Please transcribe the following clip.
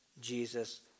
Jesus